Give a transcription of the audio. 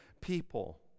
people